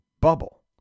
bubble